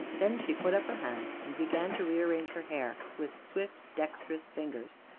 then she put up her hands and began to rearrange her hair with swift, dexterous fingers,